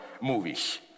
movies